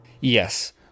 Yes